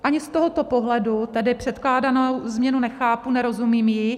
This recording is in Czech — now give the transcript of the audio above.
Ani z tohoto pohledu tedy předkládanou změnu nechápu, nerozumím jí.